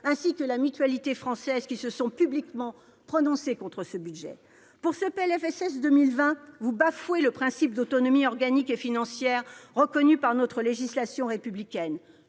ainsi que la Mutualité française qui se sont publiquement prononcés contre ce budget. Par ce PLFSS 2020, vous bafouez le principe d'autonomie organique et financière reconnu par notre législation républicaine.